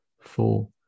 four